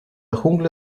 jungla